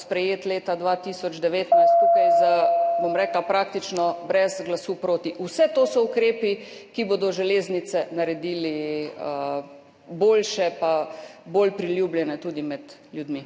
sprejet leta 2019 praktično brez glasu proti. Vse to so ukrepi, ki bodo železnice naredili boljše pa bolj priljubljene tudi med ljudmi.